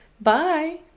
Bye